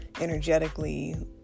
energetically